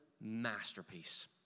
masterpiece